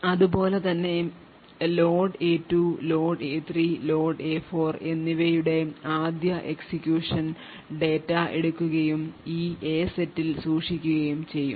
അതുപോലെ തന്നെ load A 2 load A 3 load A 4 എന്നിവയുടെ ആദ്യ എക്സിക്യൂഷൻ ഡാറ്റ എടുക്കുകയും ഈ A സെറ്റിൽ സൂക്ഷിക്കുകയും ചെയ്യും